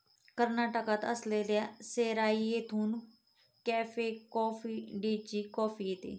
कर्नाटकात असलेल्या सेराई येथून कॅफे कॉफी डेची कॉफी येते